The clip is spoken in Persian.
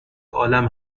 عالم